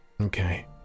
Okay